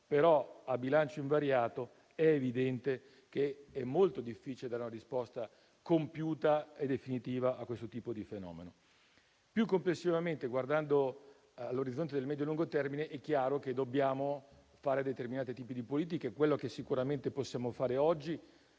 ma, a bilancio invariato, è evidentemente molto difficile dare una risposta compiuta e definitiva a questo tipo di fenomeno. Più complessivamente, guardando all'orizzonte di medio-lungo termine, è chiaro che dobbiamo fare determinati tipi di politiche. Quello che sicuramente possiamo fare oggi,